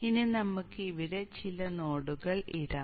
ഇനി നമുക്ക് ഇവിടെ ചില നോഡുകൾ ഇടാം